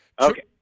Okay